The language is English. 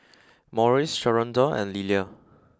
Maurice Sharonda and Lillia